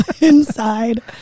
inside